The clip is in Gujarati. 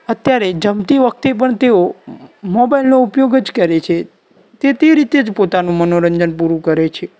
અત્યારે જમતી વખતે પણ તેઓ મોબાઇલનો ઉપયોગ જ કરે છે તે તે રીતે જ પોતાનું મનોરંજન પૂરું કરે છે